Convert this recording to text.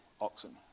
oxen